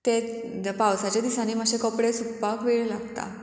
ते पावसाच्या दिसांनी मातशे कपडे सुकपाक वेळ लागता